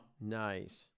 Nice